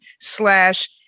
slash